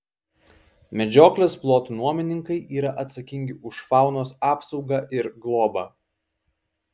medžioklės plotų nuomininkai yra atsakingi už faunos apsaugą ir globą